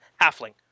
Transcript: halfling